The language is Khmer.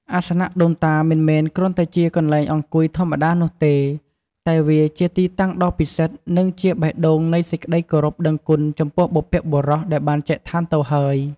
អាសនៈដូនតា មិនមែនគ្រាន់តែជាកន្លែងអង្គុយធម្មតានោះទេ តែវាជាទីតាំងដ៏ពិសិដ្ឋ និងជាបេះដូងនៃសេចក្តីគោរពដឹងគុណចំពោះបុព្វបុរសដែលបានចែកឋានទៅហើយ។